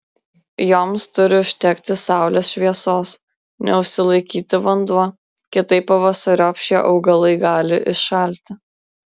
joms turi užtekti saulės šviesos neužsilaikyti vanduo kitaip pavasariop šie augalai gali iššalti